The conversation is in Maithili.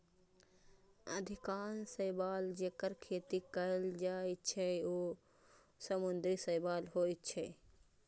अधिकांश शैवाल, जेकर खेती कैल जाइ छै, ओ समुद्री शैवाल होइ छै